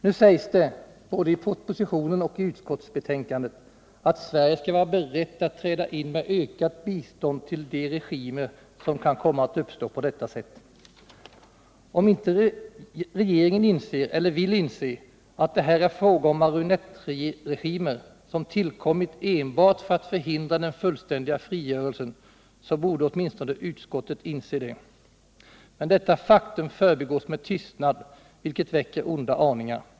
Nu sägs det både i propositionen och i utskottsbetänkandet att Sverige skall vara berett att träda in med ökat bistånd till de regimer som kan komma att uppstå på detta sätt. Om inte regeringen inser, eller vill inse, att det här är fråga om marionettregimer, som tillkommit enbart för att förhindra den fullständiga frigörelsen, så borde åtminstone utskottet inse det. Men detta faktum förbigås med tystnad, vilket väcker onda aningar.